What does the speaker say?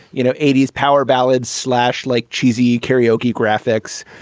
you know, eighty s power ballad slash, like cheesy karaoke graphics.